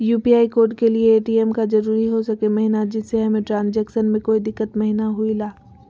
UPI code के लिए ATM का जरूरी हो सके महिना जिससे हमें ट्रांजैक्शन में कोई दिक्कत महिना हुई ला?